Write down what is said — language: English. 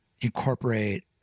incorporate